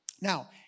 Now